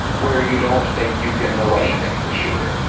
where you don't think you can know anything for sure,